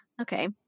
Okay